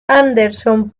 anderson